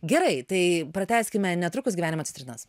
gerai tai pratęskime netrukus gyvenimo citrinas